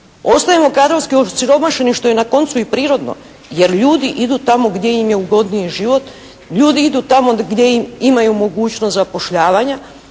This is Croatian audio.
Ostajemo kadrovski osiromašeni što je na koncu i prirodno, jer ljudi idu tamo gdje im je ugodniji život, ljudi idu tamo gdje imaju mogućnost zapošljavanja.